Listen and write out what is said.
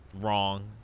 Wrong